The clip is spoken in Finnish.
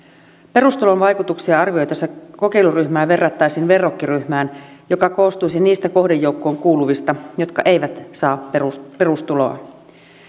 perustulon vaikutuksia arvioitaessa kokeiluryhmää verrattaisiin verrokkiryhmään joka koostuisi niistä kohdejoukkoon kuuluvista jotka eivät saa perustuloa perustuloa